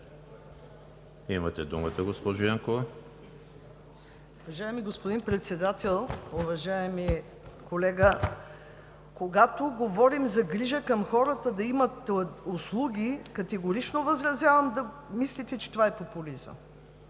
Имате думата, госпожо Янкова.